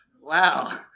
Wow